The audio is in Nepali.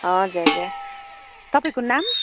हजुर हजुर तपाईँको नाम